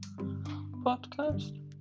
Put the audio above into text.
podcast